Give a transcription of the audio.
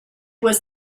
was